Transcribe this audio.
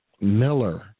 Miller